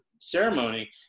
ceremony